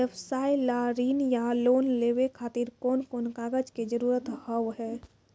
व्यवसाय ला ऋण या लोन लेवे खातिर कौन कौन कागज के जरूरत हाव हाय?